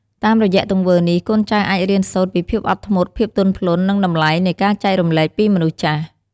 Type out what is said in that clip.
តាមរយៈទង្វើនេះ កូនចៅអាចរៀនសូត្រពីភាពអត់ធ្មត់ ភាពទន់ភ្លន់ និងតម្លៃនៃការចែករំលែកពីមនុស្សចាស់។